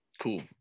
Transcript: cool